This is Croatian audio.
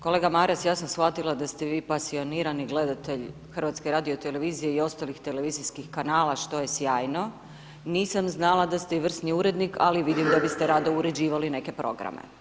Kolega Maras ja sam shvatila da ste vi pasionirani gledatelj HRT i ostalih televizijskih kanala, što je sjajno, nisam znala da ste i vrsni urednik, ali vidim da biste rado uređivali neke programe.